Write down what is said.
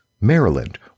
Maryland